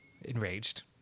enraged